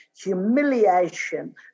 humiliation